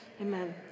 Amen